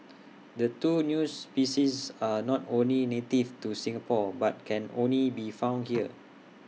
the two new species are not only native to Singapore but can only be found here